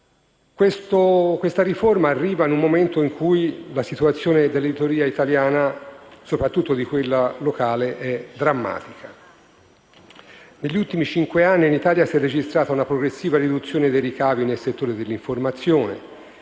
La riforma arriva in un momento in cui la situazione dell'editoria italiana, soprattutto di quella locale, è drammatica. Negli ultimi cinque anni in Italia si è registrata una progressiva riduzione dei ricavi nel settore dell'informazione: